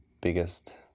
biggest